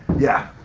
yeah.